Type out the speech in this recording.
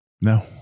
no